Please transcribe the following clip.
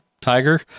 tiger